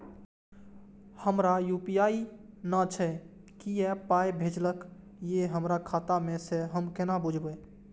हमरा यू.पी.आई नय छै कियो पाय भेजलक यै हमरा खाता मे से हम केना बुझबै?